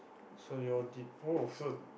so you all did oh so